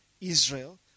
Israel